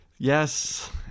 Yes